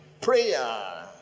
Prayer